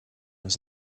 his